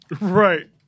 right